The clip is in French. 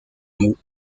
mot